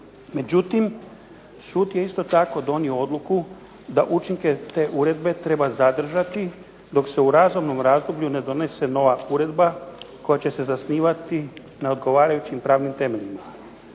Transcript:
Međutim, sud je isto tako donio odluku da učinke te uredbe treba zadržati dok se u razumnom razdoblju ne donese nova uredba koja će se zasnivati na odgovarajućim pravnim temeljima.